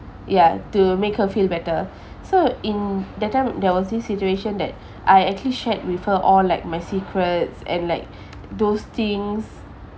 ya to make her feel better so in that time there was this situation that I actually shared with her all like my secrets and like those things